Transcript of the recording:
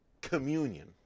communion